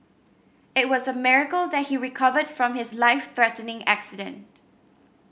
it was a miracle that he recovered from his life threatening accident